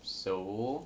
so